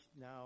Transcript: now